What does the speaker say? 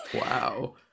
wow